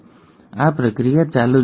અને આ પ્રક્રિયા ચાલુ જ રહે છે